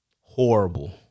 Horrible